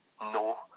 no